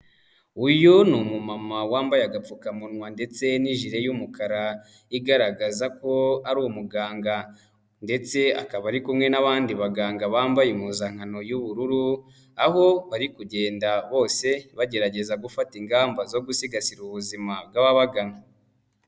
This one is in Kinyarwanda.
Uyu ni umumama wambaye agapfukamunwa ndetse n'ijire y'umukara igaragaza ko ari umuganga ndetse akaba ari kumwe n'abandi baganga bambaye impuzankano y'ubururu, aho bari kugenda bose bagerageza gufata ingamba zo gusigasira ubuzima bw'ababagana.